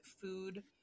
food